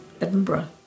Edinburgh